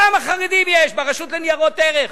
כמה חרדים יש ברשות לניירות ערך?